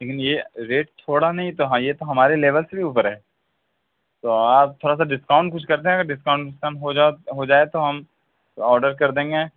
لیکن یہ ریٹ تھوڑا نہیں تو ہائی ہے یہ تو ہمارے لیول سے بھی اُوپر ہے تو آپ تھوڑا سا ڈسکاؤنٹ کچھ کر دیں اگر ڈسکاؤنٹ وسکاؤنٹ ہو جائے تو ہم آڈر کر دیں گے